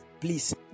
Please